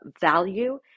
value